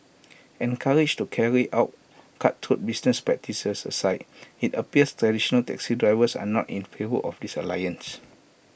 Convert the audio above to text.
encouraged to carry out cutthroat business practices aside IT appears traditional taxi drivers are not in favour of this alliance